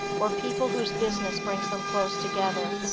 or people whose business brings them close together,